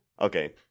Okay